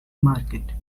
market